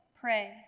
pray